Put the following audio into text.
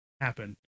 happen